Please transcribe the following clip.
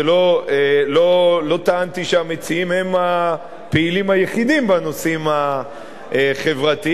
לא טענתי שהמציעים הם הפעילים היחידים בנושאים החברתיים,